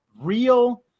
real